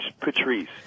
Patrice